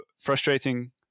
frustrating